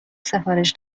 سفارش